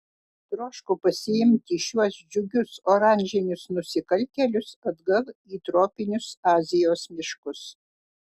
troškau pasiimti šiuos džiugius oranžinius nusikaltėlius atgal į tropinius azijos miškus